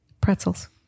pretzels